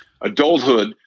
adulthood